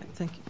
i think